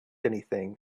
anything